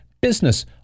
business